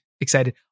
excited